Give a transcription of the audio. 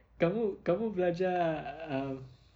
kamu kamu belajar um